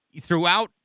throughout